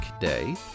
Day